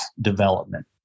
development